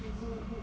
mm